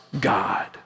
God